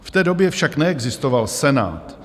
V té době však neexistoval Senát.